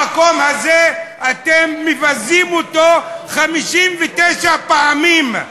המקום הזה, אתם מבזים אותו 59 פעמים.